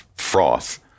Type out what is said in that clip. froth